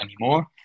anymore